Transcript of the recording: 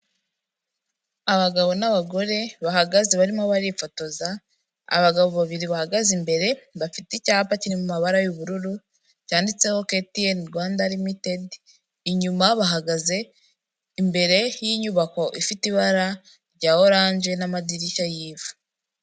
Abagabo n'abagore bahagaze barimo barifotoza abagabo babiri bahagaze imbere bafite icyapa kirimo mabara y'ubururu cyanditseho KTN Rwanda Ltd, inyuma bahagaze imbere y'inyubako ifite ibara rya orange n'amadirishya y'ivu.